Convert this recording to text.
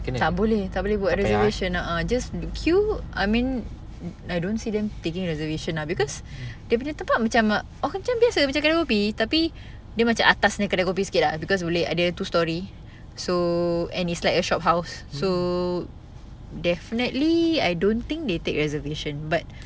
tak boleh tak boleh buat reservation ah just queue I mean I don't see them taking reservation lah because dia punya tempat macam macam biasa macam kedai kopi tapi dia macam atas punya kedai kopi sikit ah cause boleh ada two storey so and it's like a shophouse so definitely I don't think they take reservations but